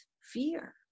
fear